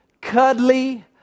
cuddly